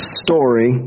story